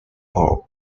board